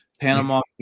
Panama